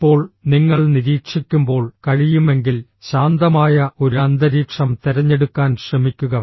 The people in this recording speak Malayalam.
ഇപ്പോൾ നിങ്ങൾ നിരീക്ഷിക്കുമ്പോൾ കഴിയുമെങ്കിൽ ശാന്തമായ ഒരു അന്തരീക്ഷം തിരഞ്ഞെടുക്കാൻ ശ്രമിക്കുക